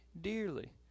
dearly